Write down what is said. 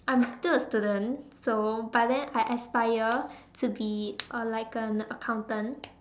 I'm still a student so but then I aspire to be a like an accountant